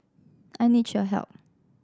I need your help